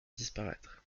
disparaître